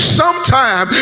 sometime